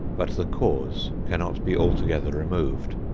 but the cause can not be altogether removed.